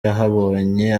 yahabonye